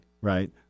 right